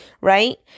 right